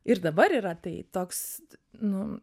ir dabar yra tai toks nu